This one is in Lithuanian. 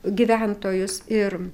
gyventojus ir